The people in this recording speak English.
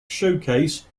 showcase